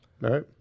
right